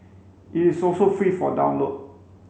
it is also free for download